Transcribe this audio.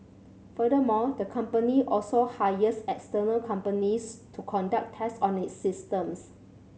furthermore the company also hires external companies to conduct test on its systems